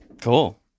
Cool